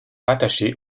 rattaché